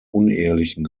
unehelichen